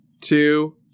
two